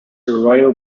royal